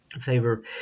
favor